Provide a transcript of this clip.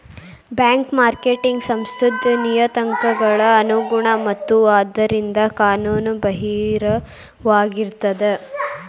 black marketing ಸಂಸ್ಥಾದ್ ನಿಯತಾಂಕಗಳ ಅನುಗುಣ ಮತ್ತ ಆದ್ದರಿಂದ ಕಾನೂನು ಬಾಹಿರವಾಗಿರ್ತದ